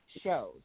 shows